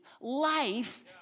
life